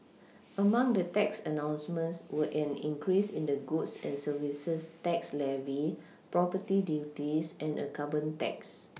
among the tax announcements were an increase in the goods and services tax levy property duties and a carbon tax